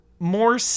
more